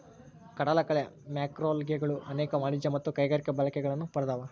ಕಡಲಕಳೆ ಮ್ಯಾಕ್ರೋಲ್ಗೆಗಳು ಅನೇಕ ವಾಣಿಜ್ಯ ಮತ್ತು ಕೈಗಾರಿಕಾ ಬಳಕೆಗಳನ್ನು ಪಡ್ದವ